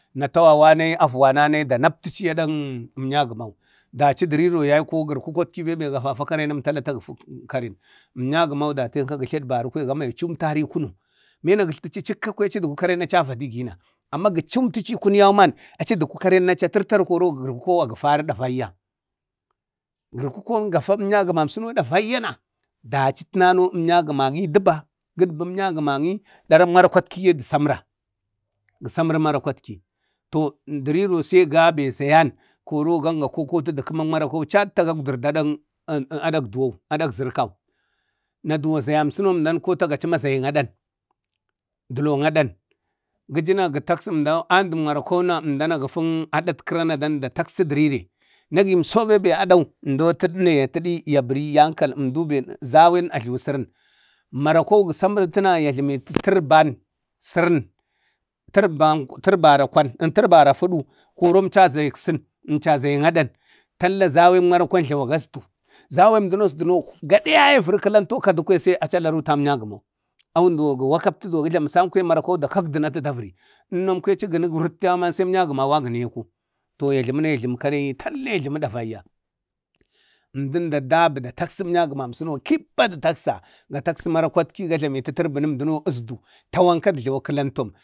Twawa nayi Avuwananai anayilaptachi id enghanŋ əmnyagəman, daci dəriro yayko gorukukow bembe gafafa fenan, tala ata gapa kare, əmnyagəmau gama ya cumtari i kunu. Bena gatltachi chakkana achi duku karen kwaya aca vadigina, amma gə cumtəci i kunu yauman aci duku karen aci a tartaru na koro kəro garkou y a gəfari davaiya. Garəkukon gafa əmuya gəman suno ɗavaiyana, dachi tənano əmnyagamaŋi dəba, gaɗbu amnya gəmaŋi darak maratkiye də samra, gə saməri marakwatki. To dariro sai gabe zayan koro ga kokoti kəmak marakwau catta aɗak duwau, aɗak zorkau. Na duwo za yam suno əmdau, kotagachi ma zayin aɗan, dəloŋaɗan, gə jəa ga taksa, əmdau anɗan marakwauna əmdan a gəfan aɗak kəra na du taksi, dərire. Na agiəmso bembe aɗau əmdau a taɗi, ya bari yankal, zawai a, jlawin a jluwa sərən. Marakwau gə saməratəne ya jləmitu tərban səran. Tarban tirbanra kwantərtare fudu kwari əmcho zayi aɗan, talla zayik marakwan jlawaga asdu, zawem duno gəɗe yaye vərə galanto kwaya sai achi rutan əmnya gəmau, awun duwo gə wakaptu gə jlamu san na marakwau da kagdi na acid a vəri, əmmano kwaya a tə vəni garəkta yauman əmnyagəmau ekgəne yeeko. To yajləna ya jlami kareni talla ya jlumi davayya. əmdan da dabi da taksa əmnyagəmamsuno kippa da taksi marakwatki di tərtənum duno əsdu atu ajluwu kəlamtou,